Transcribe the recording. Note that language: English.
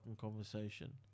conversation